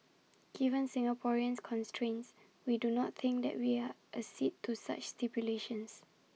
given Singapore's constraints we do not think that we are accede to such stipulations